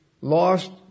lost